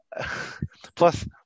plus